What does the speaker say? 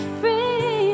free